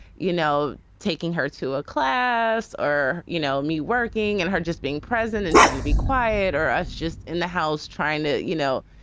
you know, taking her to a class or, you know, me working and her just being present and trying to be quiet or us just in the house trying to, you know,